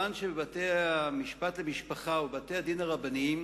לבתי-המשפט לענייני משפחה ולבתי-הדין הרבניים